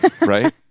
Right